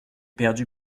perdu